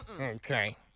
Okay